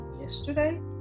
yesterday